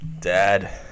dad